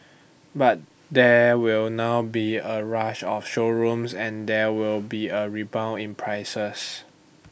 but there will now be A rush of showrooms and there will be A rebound in prices